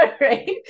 right